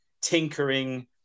tinkering